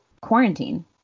quarantine